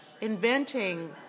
Inventing